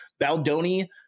Baldoni